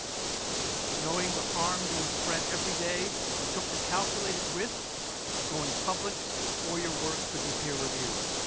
knowing the harm being spread every day, you took the calculated risk of going public before your work could be peer reviewed.